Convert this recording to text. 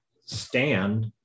stand